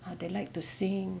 ah they like to sing